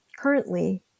currently